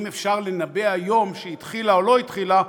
אם אפשר לנבא היום שהיא התחילה או לא התחילה,